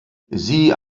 sie